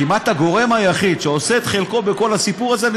הוא כמעט הגורם היחיד שעושה את חלקו בכל הסיפור הזה.